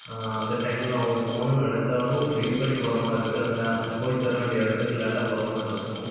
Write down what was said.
அந்த டைமில் அவங்க போகணும்னு நினச்சாலும் வெயிட் பண்ணி போகிற மாதிரி இருக்குது அங்கே அந்த போய் சேர வேண்டிய இடத்துக்கு லேட்டாக போகிற மாரிருக்கும்